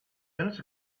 minutes